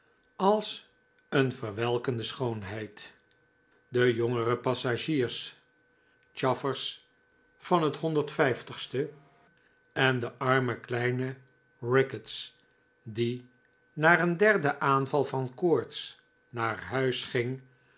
als een verwelkende schoonheid de jongere passagiers chaffers van het en de arme kleine ricketts die na een derden aanval van koorts naar huis ging